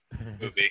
movie